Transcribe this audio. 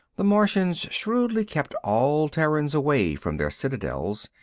the martians shrewdly kept all terrans away from their citadels,